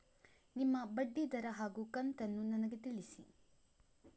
ನಿಮ್ಮ ಬಡ್ಡಿದರ ಹಾಗೂ ಕಂತನ್ನು ನನಗೆ ತಿಳಿಸಿ?